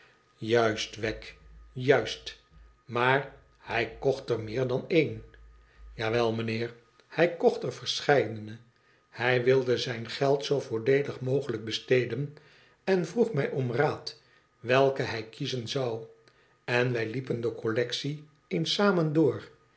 juist wegg juist i maar hij kocht er meer dan één ija wel meneer hij kocht er verscheidene hij wilde zijn geld zoo voordeelig mogelijk besteden en vroeg mij om raad welke hij kiezen zou en wij liepen de collectie eens samen door